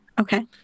Okay